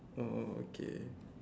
oh okay